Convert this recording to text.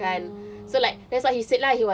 ah